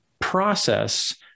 process